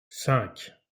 cinq